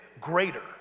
greater